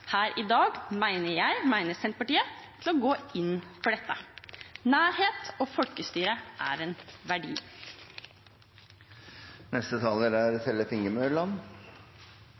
her i dag, mener jeg, mener Senterpartiet, til å gå inn for dette. Nærhet og folkestyre er en